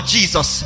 Jesus